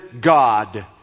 God